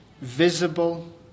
visible